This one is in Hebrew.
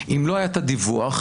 אם לא היה את הדיווח הבנקאי,